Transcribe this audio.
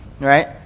right